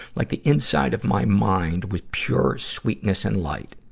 like the inside of my mind was pure sweetness and light.